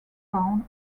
town